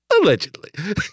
Allegedly